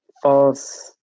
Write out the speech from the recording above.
false